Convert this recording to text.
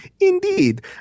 Indeed